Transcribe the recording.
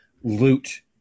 loot